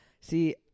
See